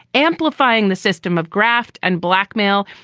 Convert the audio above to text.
amplifying the system of graft and blackmail.